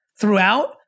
throughout